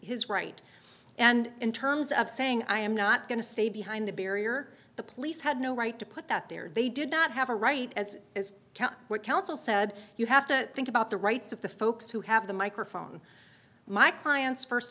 his right and in terms of saying i am not going to stay behind the barrier the police had no right to put that there they did not have a right as is what counsel said you have to think about the rights of the folks who have the microphone my clients first